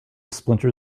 splinter